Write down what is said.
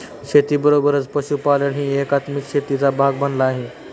शेतीबरोबरच पशुपालनही एकात्मिक शेतीचा भाग बनला आहे